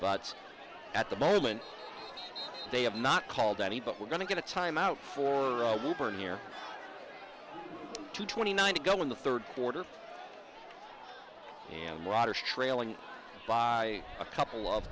but at the moment they have not called any but we're going to get a time out for a job or near to twenty nine to go in the third quarter in water shrilling by a couple of